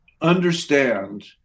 understand